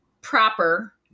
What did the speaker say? proper